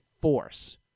force